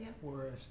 Whereas